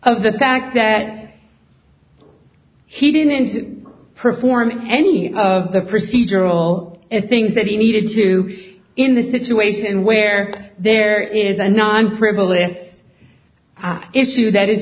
of the fact that he didn't perform any of the procedural things that he needed to in the situation where there is a non frivolous issue that is